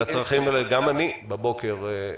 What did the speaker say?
גם אני בבוקר.